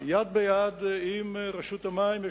את הדברים האלה יד ביד עם רשות המים.